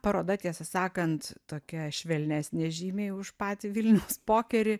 paroda tiesą sakant tokia švelnesnė žymiai už patį vilniaus pokerį